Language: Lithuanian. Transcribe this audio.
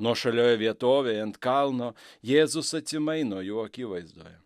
nuošalioje vietovėje ant kalno jėzus atsimaino jų akivaizdoje